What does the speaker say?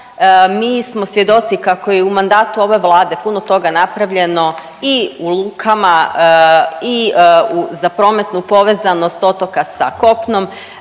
Mi smo svjedoci kako je u mandatu ove Vlade puno toga napravljeno i u lukama i za prometnu povezanost otoka sa kopnom,